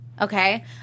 okay